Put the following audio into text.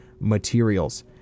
materials